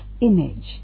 image